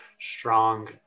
strong